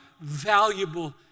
valuable